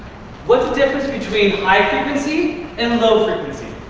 what's the difference between high frequency and low frequency?